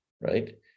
right